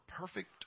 perfect